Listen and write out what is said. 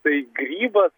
tai grybas